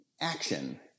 action